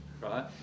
right